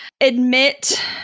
Admit